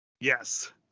Yes